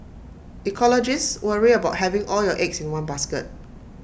ecologists worry about having all your eggs in one basket